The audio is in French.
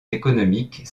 économiques